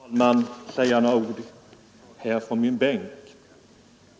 Herr talman! Jag vill säga några ord här ifrån min bänk.